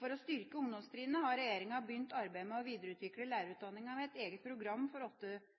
For å styrke ungdomstrinnet har regjeringa begynt arbeidet med å videreutvikle lærerutdanningen med et eget program for